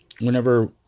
whenever